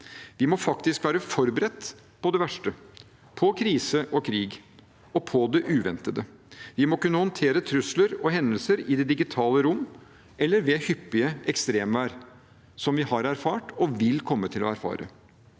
Vi må faktisk være forberedt på det verste – på krise og krig og på det uventede. Vi må kunne håndtere trusler og hendelser i det digitale rom eller ved hyppige ekstremvær, som vi har erfart og vil komme til å erfare.